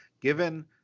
given